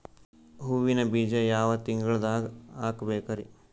ಹೂವಿನ ಬೀಜ ಯಾವ ತಿಂಗಳ್ದಾಗ್ ಹಾಕ್ಬೇಕರಿ?